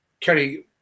Kerry